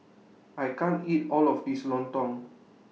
I can't eat All of This Lontong